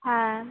হ্যাঁ